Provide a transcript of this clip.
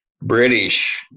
British